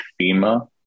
FEMA